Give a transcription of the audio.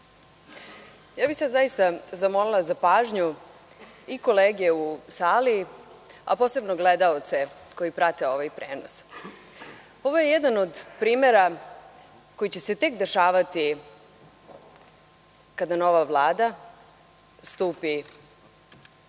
bih zaista zamolila za pažnju i kolege u sali, a posebno gledaoce koji prate ovaj prenos. Ovo je jedan od primera koji će se tek dešavati kada nova Vlada